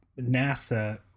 NASA